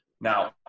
now